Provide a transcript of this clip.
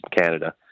Canada